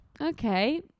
Okay